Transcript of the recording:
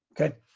Okay